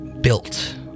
built